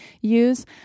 use